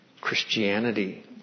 Christianity